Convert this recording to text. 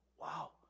Wow